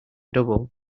double